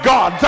God